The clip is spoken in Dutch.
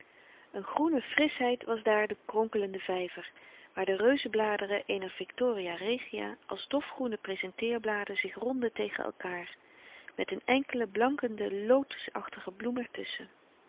een groene frischheid was daar de kronkelende vijver waar de reuzenbladeren eener victoria regia als dofgroene prezenteerbladen zich rondden tegen elkaâr met een enkele blankende lotosachtige